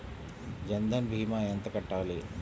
జన్ధన్ భీమా ఎంత కట్టాలి?